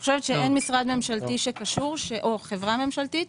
אני חושבת שאין משרד ממשלתי קשור או חברה ממשלתית